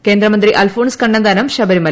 കേന്ദ്രമന്ത്രി അൽഫോൺസ് കണ്ണന്താനം ശബരിമലയിൽ